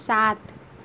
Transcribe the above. سات